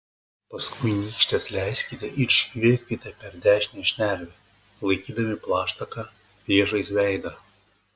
paskui nykštį atleiskite ir iškvėpkite per dešinę šnervę laikydami plaštaką priešais veidą